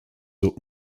zur